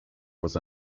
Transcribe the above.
was